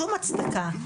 שום הצדקה.